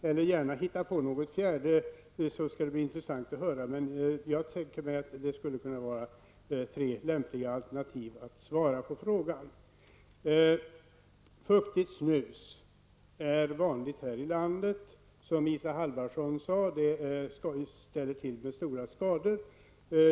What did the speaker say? Han kan gärna hitta på något fjärde alternativ, det skall bli intressant att höra. Jag tänker mig att detta är tre lämpliga alternativ för att svara på frågan. Fuktigt snus är vanligt här i landet, som Isa Halvarsson sade, och det ställer till med stora skador.